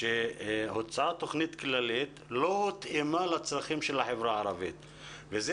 שהוצאת תוכנית כללית לא הותאמה לצרכים של החברה הערבית וזו